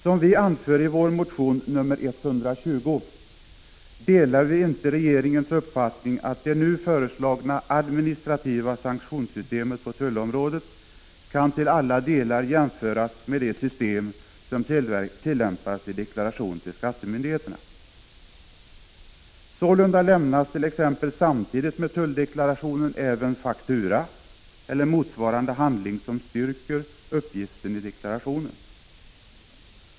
Som vi anför i vår motion nr 120, delar vi inte regeringens uppfattning att det nu föreslagna administrativa sanktionssystemet på tullområdet till alla delar kan jämföras med det system som tillämpas vid deklaration till skattemyndigheterna. Sålunda lämnas t.ex. samtidigt med tulldeklarationen även faktura eller motsvarande handling som styrker uppgiften i deklarationen.